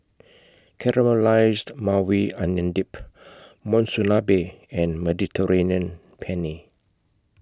Caramelized Maui Onion Dip Monsunabe and Mediterranean Penne